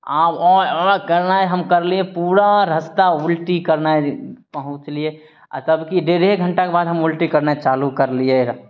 आब आओर करनाइ हम करलियै पूरा रास्ता उल्टी करनाइ जे पहुँचलियै जबकि डेढ़े घण्टाके बाद हम उल्टी करनाइ चालू करलियै रऽ